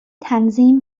تنظیم